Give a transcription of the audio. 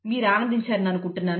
మీరు ఆనందించారని అనుకుంటున్నాను